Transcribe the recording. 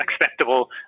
Acceptable